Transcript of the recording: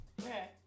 Okay